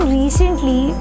recently